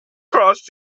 crossed